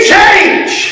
change